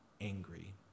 angry